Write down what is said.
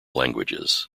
languages